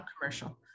commercial